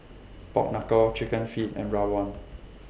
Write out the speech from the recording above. Pork Knuckle Chicken Feet and Rawon